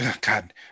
God